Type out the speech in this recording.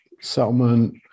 settlement